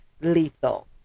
lethal